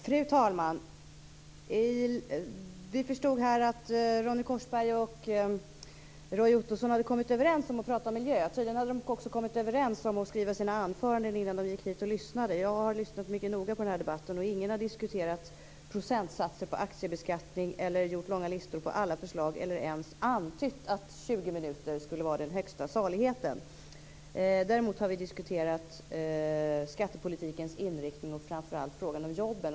Fru talman! Vi förstod här att Ronny Korsberg och Roy Ottosson har kommit överens om att prata om miljö. Tydligen har de också kommit överens om att skriva sina anföranden innan de gick hit och lyssnade. Jag har lyssnat mycket noga på den här debatten, och ingen har diskuterat procentsatser på aktiebeskattning eller gjort långa listor på alla förslag eller ens antytt att tjugo minuter skulle vara den högsta saligheten. Däremot har vi diskuterat skattepolitikens inriktning och framför allt frågan om jobben.